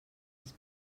els